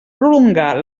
prolongar